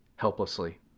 helplessly